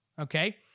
okay